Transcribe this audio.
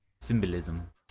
Symbolism